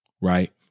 right